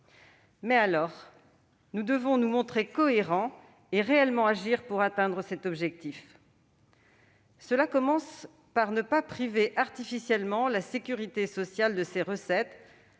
Dès lors, nous devons nous montrer cohérents et réellement agir pour atteindre cet objectif. Cela commence par ne pas priver artificiellement la sécurité sociale de ses recettes,